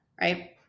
right